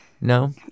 No